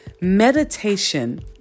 meditation